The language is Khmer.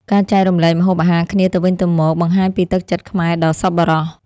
ការចែករំលែកម្ហូបអាហារគ្នាទៅវិញទៅមកបង្ហាញពីទឹកចិត្តខ្មែរដ៏សប្បុរស។